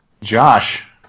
Josh